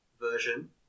version